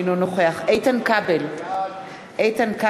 אינו נוכח איתן כבל, בעד